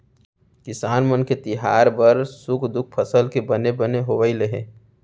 किसान मन के तिहार बार सुख दुख फसल के बने बने होवई ले हे